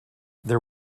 there